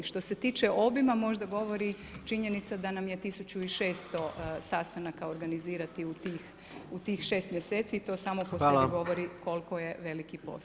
Što se tiče obima, možda govori činjenica da nam je 1600 sastanaka organizirati u tih 6 mjeseci i to samo po sebi govori koliko [[Upadica predsjednik: Hvala.]] je veliki posao.